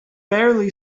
barely